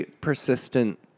persistent